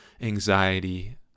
anxiety